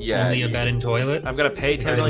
yeah, you're bad in toilet. i've got a patron